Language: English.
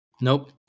Nope